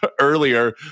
earlier